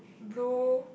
blue